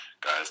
guys